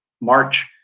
March